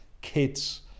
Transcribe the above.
kids